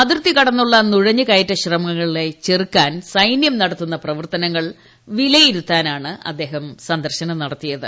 അതിർത്തി കടന്നുള്ള നുഴഞ്ഞു കയറ്റ ശ്രമങ്ങളെ ചെറുക്കാൻ സൈനൃം നടത്തുന്ന പ്രവർത്തനങ്ങൾ വിലയിരുത്താനാണ് അദ്ദേഹം സന്ദർശനം നടത്തിയത്